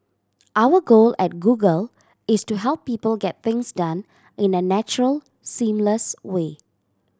our goal at Google is to help people get things done in a natural seamless way